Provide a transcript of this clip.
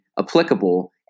applicable